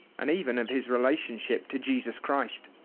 and even of his relationship to jesus christ.